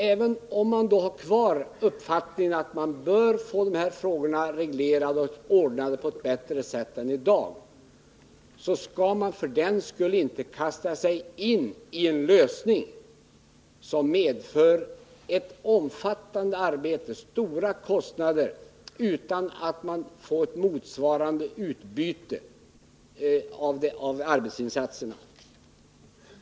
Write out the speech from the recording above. Även om man har kvar uppfattningen att man bör få de här frågorna lösta på ett bättre sätt än i dag, skall man för den skull inte välja en lösning som medför ett omfattande arbete och stora kostnader, utan att man får motsvarande utbyte av arbetsinsatserna.